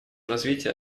развития